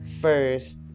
first